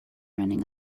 running